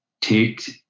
take